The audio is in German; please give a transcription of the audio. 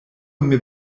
mir